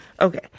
okay